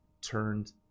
turned